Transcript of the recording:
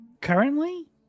Currently